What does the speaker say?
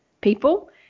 people